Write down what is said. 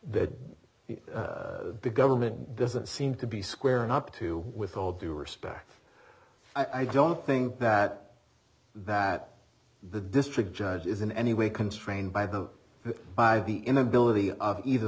that the government doesn't seem to be squaring up to with all due respect i don't think that that the district judge is in any way constrained by the by the inability of either